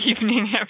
evening